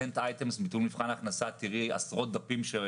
יוצא "ביטול מבחן הכנסה" תראי עשרות דפים.